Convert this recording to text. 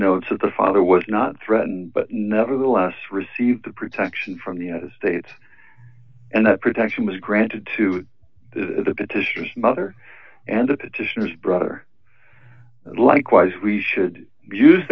notes that the father was not threatened but nevertheless received the protection from the united states and that protection was granted to the petitioners mother and the petitioners brother likewise we should use